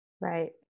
right